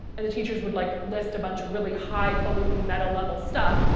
and the teachers would like list a bunch of really highfalutin meta-level stuff